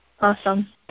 Awesome